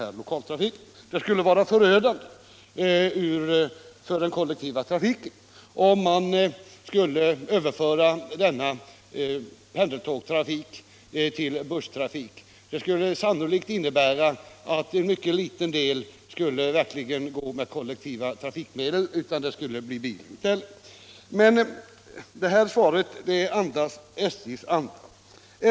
av SJ:s pendeltågs Det skulle vara förödande för den kollektiva trafiken, om man i stället — trafik i Göteborgsför denna pendeltågstrafik skulle införa busstrafik. Det skulle sannolikt området innebära att en mycket liten del av de resande i fortsättningen skulle färdas med kollektiva trafikmedel — det skulle bli bil i stället. Svaret är helt i SJ:s anda.